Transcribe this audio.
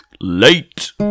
Late